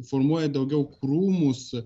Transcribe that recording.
formuoja daugiau krūmus